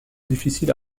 difficiles